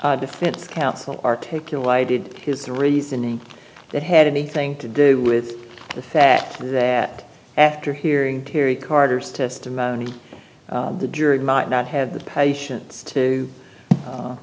defense counsel articulated his reasoning that had anything to do with the fact that after hearing terry carter's testimony the jury might not have the patience to